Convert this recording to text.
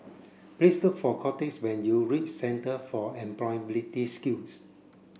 please look for Cortez when you reach Centre for Employability Skills